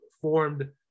formed